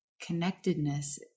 connectedness